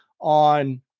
on